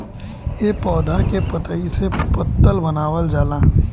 ए पौधा के पतइ से पतल बनावल जाला